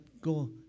go